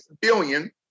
billion